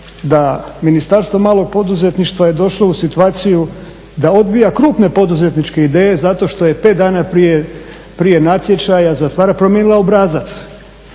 da Ministarstvo malog poduzetništva je došlo u situaciju da odbija krupne poduzetničke ideje zato što je pet dana prije natječaja …/Govornik se